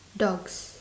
dogs